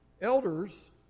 Elders